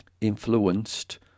Influenced